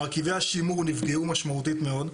מרכיבי השימור נפגעו משמעותית מאוד,